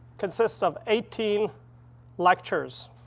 consists of eighteen lectures